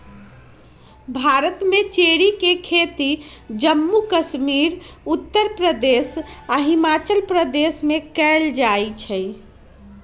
भारत में चेरी के खेती जम्मू कश्मीर उत्तर प्रदेश आ हिमाचल प्रदेश में कएल जाई छई